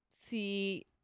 see